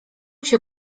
się